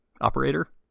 operator